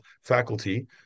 faculty